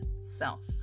self